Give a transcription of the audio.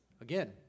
again